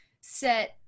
set